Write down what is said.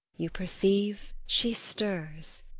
you perceive she stirs.